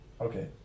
okay